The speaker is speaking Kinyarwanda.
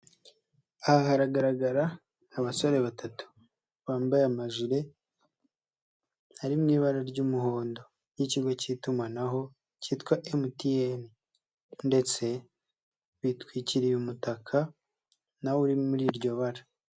Aha haragaragara abasore batatu, bambaye amajire ari mu ibara ry'umuhondo y'ikigo k'itumanaho kitwa MTN ndetse bitwikiriye umutaka na wo uri muri iryo bara.